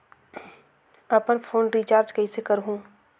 अपन phone recharge कइसे करहु?